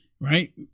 Right